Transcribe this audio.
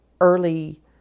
early